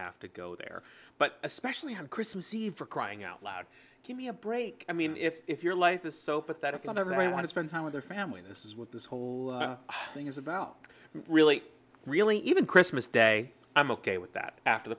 have to go there but especially on christmas eve for crying out loud to me a break i mean if your life is so pathetic and i want to spend time with their family this is what this whole thing is about really really even christmas day i'm ok with that after the